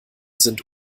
sind